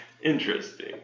Interesting